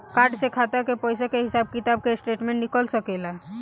Card से खाता के पइसा के हिसाब किताब के स्टेटमेंट निकल सकेलऽ?